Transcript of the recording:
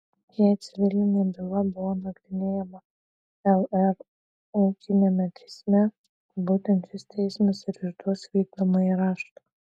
jei civilinė byla buvo nagrinėjama lr ūkiniame teisme būtent šis teismas ir išduos vykdomąjį raštą